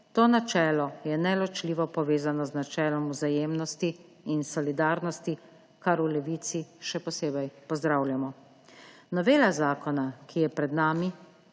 To načelo je neločljivo povezano z načelom vzajemnosti in solidarnosti, kar v Levici še posebej pozdravljamo. Novela zakona, ki je pred nami,